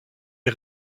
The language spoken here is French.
est